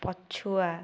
ପଛୁଆ